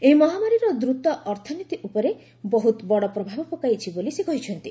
ଏହି ମହାମାରୀର ବିଶ୍ୱ ଅର୍ଥନୀତି ଉପରେ ବହୁତ ବଡ଼ ପ୍ରଭାବ ପକାଇଛି ବୋଲି ସେ କହିଛନ୍ତି